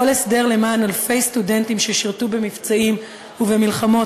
כל הסדר למען אלפי סטודנטים ששירתו במבצעים ובמלחמות